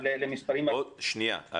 שנייה.